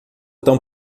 tão